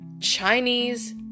Chinese